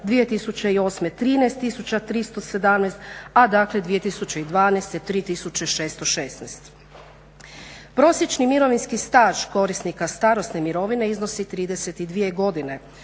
2008. 13317, a 2012. 3616. Prosječni mirovinski staž korisnika starosne mirovine iznosi 32 godine,